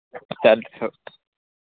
चालेल ठेवतो